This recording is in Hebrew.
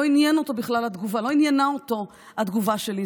לא עניינה אותו התגובה שלי.